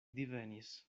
divenis